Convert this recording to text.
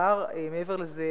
מעבר לזה,